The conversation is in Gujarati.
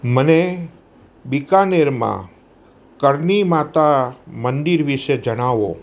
મને બિકાનેરમાં કરણી માતા મંદિર વિશે જણાવો